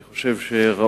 אני חושב שזה